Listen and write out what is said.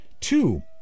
Two